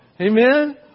Amen